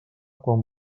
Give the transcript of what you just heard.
quan